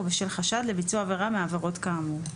או בשל חשד לביצוע עבירה מהעבירות כאמור,